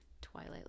Twilight